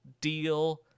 deal